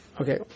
Okay